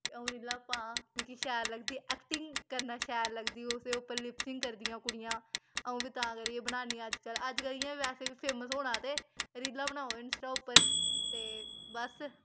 ते अ'ऊं रीलां पां मिकी शैल लगदी ऐक्टिंग करना शैल लगदी उसदे उप्पर लिपसिंग करदियां कुडियां अ'ऊं बी तां करियै बनानी अज्जकल अज्जकल इ'यां बी वैसे बी फेमस होना ते रीलां बनाओ इंस्टा उप्पर ते बस